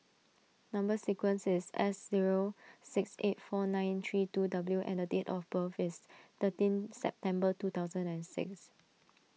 Number Sequence is S zero six eight four nine three two W and date of birth is thirteen September two thousand and six